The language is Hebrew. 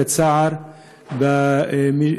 לצערנו,